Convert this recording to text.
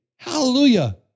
Hallelujah